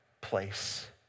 place